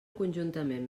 conjuntament